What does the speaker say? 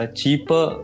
cheaper